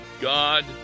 God